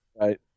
Right